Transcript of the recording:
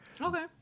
Okay